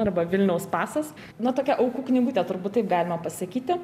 arba vilniaus pasas na tokia aukų knygutė turbūt taip galima pasakyti